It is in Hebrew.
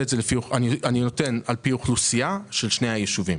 אני נותן על פי אוכלוסייה של שני הישובים.